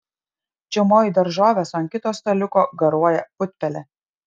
čiaumoji daržoves o ant kito staliuko garuoja putpelė